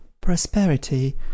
Prosperity